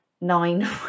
nine